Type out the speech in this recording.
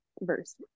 verse